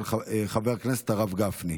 של חבר הכנסת הרב גפני.